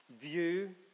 view